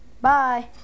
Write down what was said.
Bye